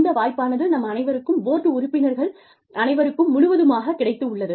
இந்த வாய்ப்பானது நம் அனைவருக்கும் போர்டு உறுப்பினர்கள் அனைவருக்கும் முழுவதுமாக கிடைத்துள்ளது